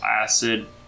acid